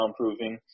soundproofing